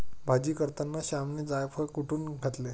भाजी करताना श्यामने जायफळ कुटुन घातले